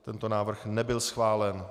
Tento návrh nebyl schválen.